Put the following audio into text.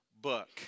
book